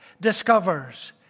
discovers